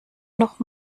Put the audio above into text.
noch